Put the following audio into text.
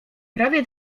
prawie